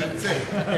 הוא ירצה.